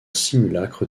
simulacre